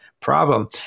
problem